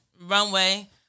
runway